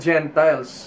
Gentiles